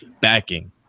backing